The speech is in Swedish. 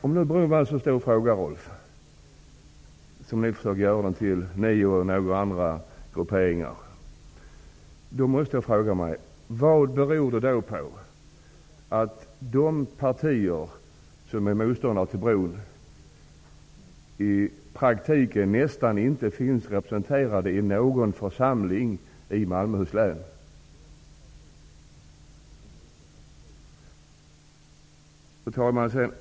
Om bron är en så stor fråga som ni och några andra grupperingar gör den till, vad beror det på att nästan inget av de partier som är motståndare till bron i praktiken är representerat i någon församling i Malmöhus län? Fru talman!